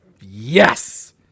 Yes